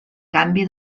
canvi